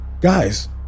Guys